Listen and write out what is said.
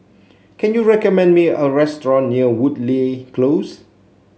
can you recommend me a restaurant near Woodleigh Close